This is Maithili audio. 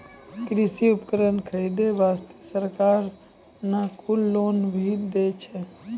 कृषि उपकरण खरीदै वास्तॅ सरकार न कुल लोन भी दै छै